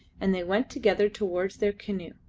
and they went together towards their canoe,